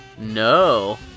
No